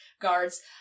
guards